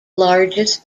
largest